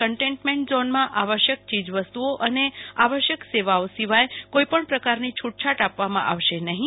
containment ઝોનમાં આવશ્યક ચીજવસ્તુઓ અને આવશ્યક સેવાઓ સિવાય જે મુજબ કોઈ પણ પ્રકારની છૂટછાટ આપવામાં આવશે નહીં